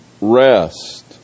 rest